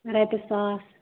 رۄپیہِ ساس